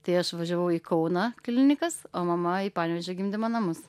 tai aš važiavau į kauną klinikas o mama į panevėžio gimdymo namus